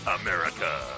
America